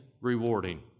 rewarding